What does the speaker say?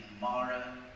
Mara